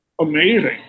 Amazing